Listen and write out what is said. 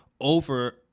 over